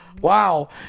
Wow